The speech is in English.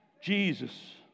Jesus